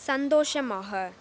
சந்தோஷமாக